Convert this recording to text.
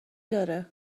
داره